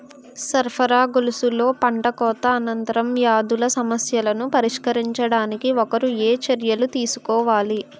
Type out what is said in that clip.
సరఫరా గొలుసులో పంటకోత అనంతర వ్యాధుల సమస్యలను పరిష్కరించడానికి ఒకరు ఏ చర్యలు తీసుకోవాలి?